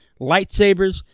lightsabers